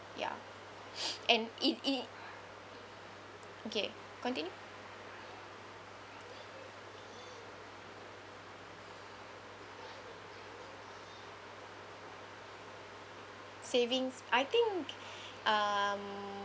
ya and it it okay continue savings I think um